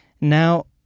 Now